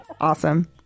awesome